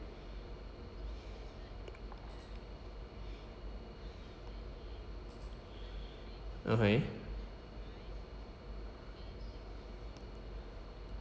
okay